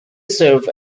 serve